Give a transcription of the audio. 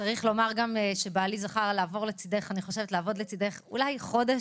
צריך לומר גם שבעלי זכה לעבוד לצדך אולי במשך חודש,